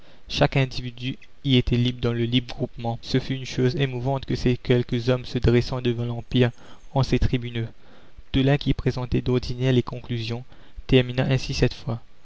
chaque individu y était libre dans le libre groupement ce fut une chose émouvante que ces quelques hommes se dressant devant l'empire en ses tribunaux tolain qui présentait d'ordinaire les conclusions termina ainsi cette fois